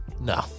No